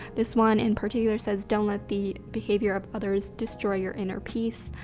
this one in particular says, don't let the behavior of others destroy your inner peace.